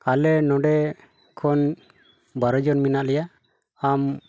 ᱟᱞᱮ ᱱᱚᱰᱮ ᱠᱷᱚᱱ ᱵᱟᱨᱚ ᱡᱚᱱ ᱢᱮᱱᱟᱜ ᱞᱮᱭᱟ ᱟᱢ